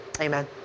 Amen